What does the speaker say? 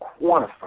quantify